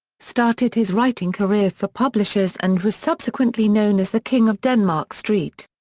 started his writing career for publishers and was subsequently known as the king of denmark street.